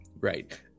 right